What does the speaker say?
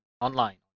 online